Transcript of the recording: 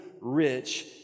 rich